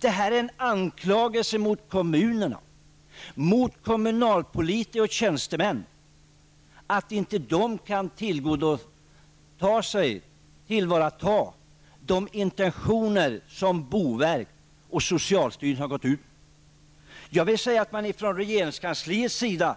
Det här är en anklagelse mot kommunerna och mot kommunalpolitiker och tjänstemän för att de inte kan ta till vara de intentioner som boverket och socialstyrelsen har gått ut med. Från regeringskansliets sida